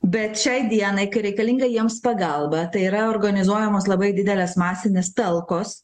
bet šiai dienai kai reikalinga jiems pagalba tai yra organizuojamos labai didelės masinės talkos